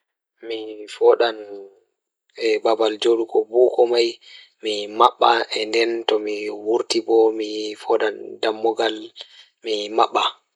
Mi foɗan e babal joɗugo mi waɗataa waawi hokkude ngel njibinde njillaare e nder tan e hoore ngal. So tawii sink ngal njiddaade njibinde o waawataa waɗi ngam ɗaɓɓude ndiyam o njiddaade. Miɗo waawataa kañum ndiyam, ko fayde njiddaade fiyaangu e hoore ngal fiyaangu ngoni kaŋko ngal.